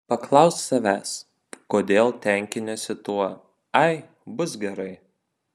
paklausk savęs kodėl tenkiniesi tuo ai bus gerai